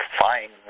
fine